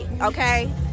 okay